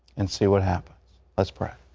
and see what happens. let's pray.